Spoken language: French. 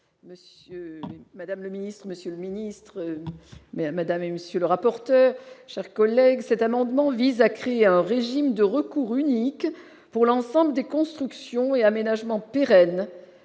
Madame le Ministre, Monsieur le ministre, mais madame et monsieur le rapporteur. Chers collègues, cet amendement vise à créer un régime de recours unique pour l'ensemble des constructions et aménagements pérennes